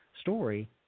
story